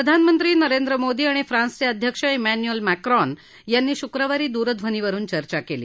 प्रधानमंत्री नरेंद्र मोदी आणि फ्रान्सचे अध्यक्ष म्युन्युअल मॅक्रोन यांनी शुक्रवारी दूरध्वनीवरुन चर्चा केली